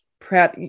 proud